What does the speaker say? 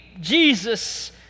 Jesus